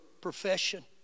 profession